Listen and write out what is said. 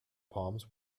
palms